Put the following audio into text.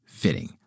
Fitting